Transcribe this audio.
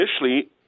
initially